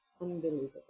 unbelievable